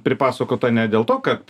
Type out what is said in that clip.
pripasakota ne dėl to kad